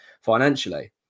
financially